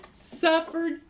suffered